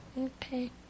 Okay